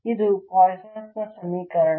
ಇದು ಪಾಯ್ಸನ್ ನ ಸಮೀಕರಣ